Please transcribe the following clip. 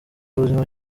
ubuzima